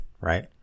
Right